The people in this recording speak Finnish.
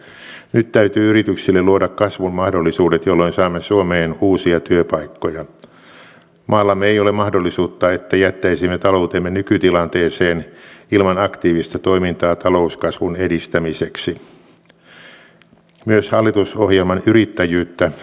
oma henkilökohtainen toive on se että myös eu tasolla tähän istanbulin sopimukseen sitouduttaisiin niin että se ei ole niin sanotusti vain yksittäisten maiden vastuulla vaan että meillä koko eu tavallaan sitoutuu sitä sopimusta noudattamaan